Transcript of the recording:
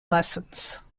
lessons